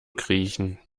kriechen